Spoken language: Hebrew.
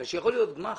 בגלל שיכול להיות גמ"ח